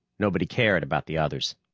nobody cared about the others.